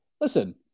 Listen